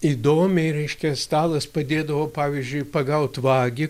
įdomiai reiškia stalas padėdavo pavyzdžiui pagaut vagį